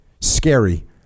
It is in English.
scary